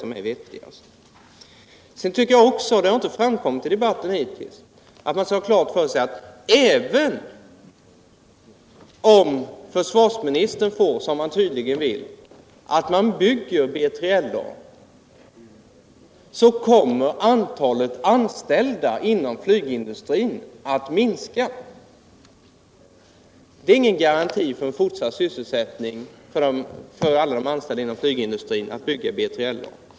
Jag tycker också, vilket hittills inte har framkommit i debatten, att man skall ha klart för sig att även om försvarsministern får som han tydligen vill och B3LA-plan byggs, så kommer entalet anställda inom flygindustrin att minska. Det är ingen garanti för en fortsatt sysselsättning för alla anställda inom flygindustrin att bygga B3LA-plan.